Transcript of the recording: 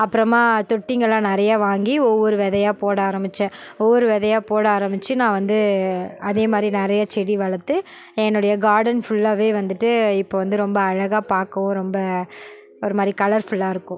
அப்புறமா தொட்டிங்களாம் நிறையா வாங்கி ஒவ்வொரு விதையா போட ஆரமிச்சேன் ஒவ்வொரு விதையா போட ஆரமிச்சி நான் வந்து அதேமாதிரி நிறைய செடி வளர்த்து என்னோடைய கார்டன் ஃபுல்லாவே வந்துட்டு இப்போ வந்து ரொம்ப அழகாக பார்க்கவும் ரொம்ப ஒரு மாதிரி கலர் ஃபுல்லாக இருக்கும்